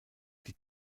die